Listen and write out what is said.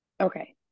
Okay